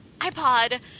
iPod